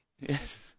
Yes